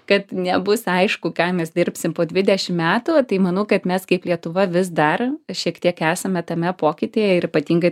kad nebus aišku ką mes dirbsim po dvidešim metų tai manau kad mes kaip lietuva vis dar šiek tiek esame tame pokytyje ir ypatingai